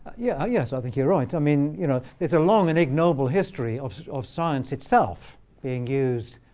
yeah yes, i think you're right. i mean you know there's a long and ignoble history of sort of science itself being used,